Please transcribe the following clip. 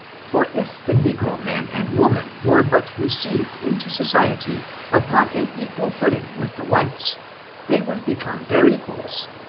for if the negro man and woman were but received into society upon an equal footing, with the whites they would become their equals.